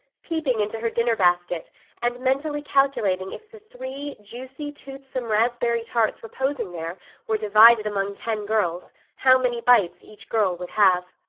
peeping into her dinner basket and mentally calculating if the three juicy, toothsome, raspberry tarts reposing there were divided among ten girls how many bites each girl would have.